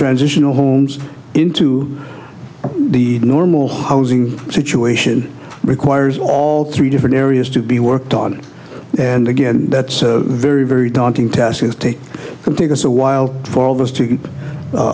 transitional homes into the normal housing situation requires all three different areas to be worked on and again that's a very very daunting task take can take us a while for all